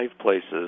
places